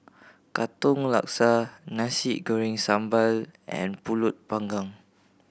Katong Laksa Nasi Goreng Sambal and Pulut Panggang